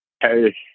Hey